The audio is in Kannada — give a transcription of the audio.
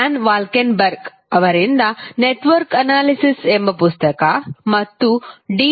ವ್ಯಾನ್ ವಾಲ್ಕೆನ್ಬರ್ಗ್ ಅವರಿಂದ ನೆಟ್ವರ್ಕ್ ಅನಾಲಿಸಿಸ್ ಎಂಬ ಪುಸ್ತಕ ಮತ್ತು ಡಿ